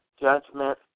judgment